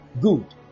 Good